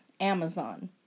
Amazon